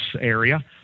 area